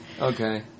Okay